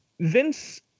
Vince